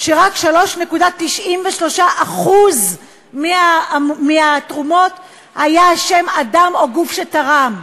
שרק 3.93% מהתרומות היו על שם אדם או גוף שתרם.